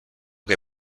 que